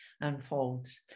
unfolds